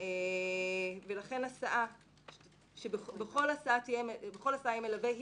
לכן שבכל הסעה יהיה מלווה,